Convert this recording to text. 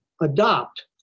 adopt